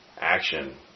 Action